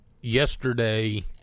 yesterday